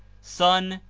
son,